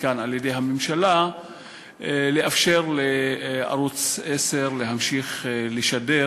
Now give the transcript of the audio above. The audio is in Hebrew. כאן על-ידי הממשלה לאפשר לערוץ 10 להמשיך לשדר,